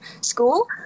school